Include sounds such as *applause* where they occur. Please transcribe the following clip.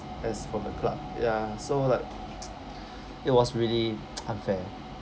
as from the club ya so like *noise* it was really *noise* unfair